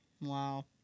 Wow